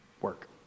work